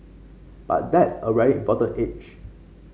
but that's a very important age